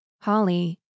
Holly